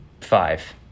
Five